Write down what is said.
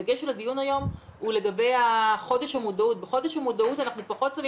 הדגש בדיון היום הוא לגבי חודש המודעות ובחודש המודעות אנחנו פחות שמים